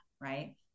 right